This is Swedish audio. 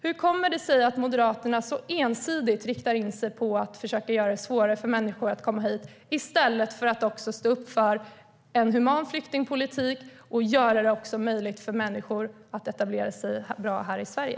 Hur kommer det sig att Moderaterna så ensidigt riktar in sig på att försöka göra det svårare för människor att komma hit i stället för att stå upp för en human flyktingpolitik och göra det möjligt för människor att etablera sig på ett bra sätt i Sverige?